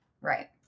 Right